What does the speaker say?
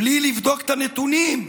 בלי לבדוק את הנתונים,